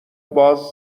باز